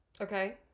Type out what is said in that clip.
Okay